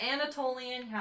Anatolian